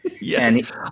Yes